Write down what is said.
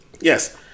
yes